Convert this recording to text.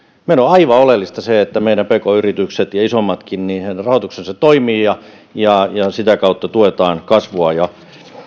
meillä on aivan oleellista se että meidän pk yritysten ja isompienkin rahoitus toimii ja ja sitä kautta tuetaan kasvua ja